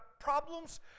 problems